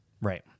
Right